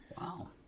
wow